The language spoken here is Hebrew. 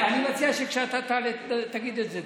אני מציע שכשאתה תעלה, תגיד את זה.